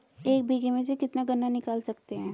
एक बीघे में से कितना गन्ना निकाल सकते हैं?